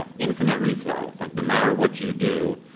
ah infinite reflow like no matter what you do,